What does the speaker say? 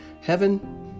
heaven